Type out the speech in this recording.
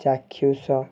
ଚାକ୍ଷୁଷ